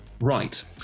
right